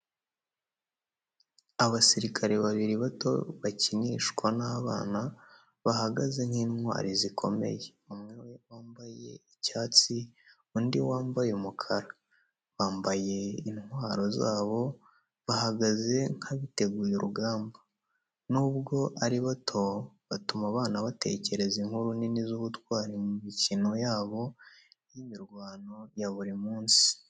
Abasirikare babiri bato bakinishwa n’abana bahagaze nk’intwari zikomeye, umwe wambaye icyatsi, undi wambaye umukara. Bambaye intwaro zabo, bahagaze nk’abiteguye urugamba. Nubwo ari bato, batuma abana batekereza inkuru nini z’ubutwari mu mikino yabo y’imirwano ya buri munsi.